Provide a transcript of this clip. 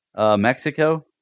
Mexico